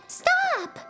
stop